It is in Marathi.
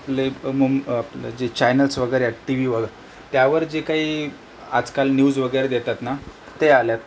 आपले मुम आपलं जे चॅनलस वगैरे आहेत टी व्हीवर त्यावर जे काही आजकाल न्यूज वगैरे देतात ना ते आल्यात